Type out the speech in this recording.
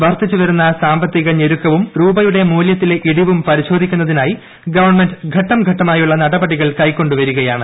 വർദ്ധിച്ചുവരുന്ന സാമ്പത്തിക ഞെരുക്കൂവ്ും രൂപയുടെ മൂല്യത്തിലെ ഇടിവും പരിശോധിക്കുന്നതിനായി ക്കുവൺമെന്റ് ഘട്ടംഘട്ടമായുള്ള നടപടികൾ കൈക്കൊണ്ട് വിരികയാണ്